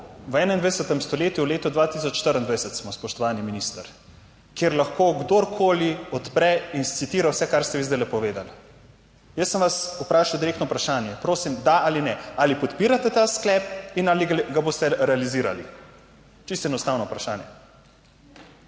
V 21. stoletju, v letu 2024 smo, spoštovani minister, kjer lahko kdorkoli odpre in citira vse, kar ste vi zdaj povedali. Jaz sem vas vprašal direktno vprašanje, prosim, da ali ne, ali podpirate ta sklep in ali ga boste realizirali. Čisto enostavno vprašanje.